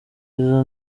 mwiza